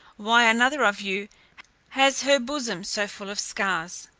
why another of you has her bosom so full of scars.